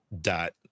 dot